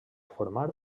formar